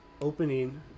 opening